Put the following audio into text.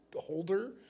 holder